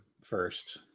first